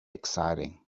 exciting